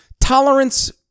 tolerance